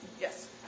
Yes